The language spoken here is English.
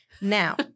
now